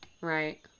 right